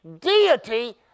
deity